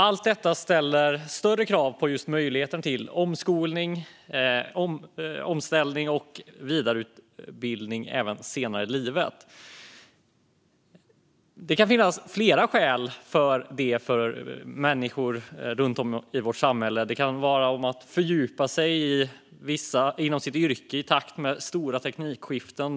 Allt detta ställer större krav på just möjligheten till omskolning, omställning och vidareutbildning även senare i livet. Det kan finnas flera skäl till det för människor runt om i vårt samhälle. Det kan vara att fördjupa sig inom sitt yrke i takt med stora teknikskiften.